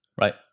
Right